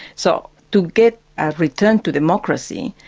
so to get a return to democracy,